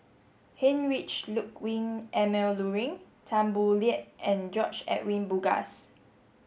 Heinrich Ludwig Emil Luering Tan Boo Liat and George Edwin Bogaars